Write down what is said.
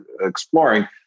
exploring